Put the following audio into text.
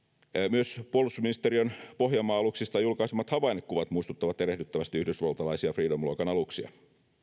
myös puolustusministeriön pohjanmaa aluksista julkaisemat havainnekuvat muistuttavat erehdyttävästi yhdysvaltalaisia freedom luokan aluksia arvoisa